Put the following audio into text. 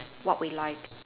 what we like